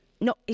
No